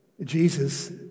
Jesus